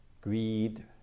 Greed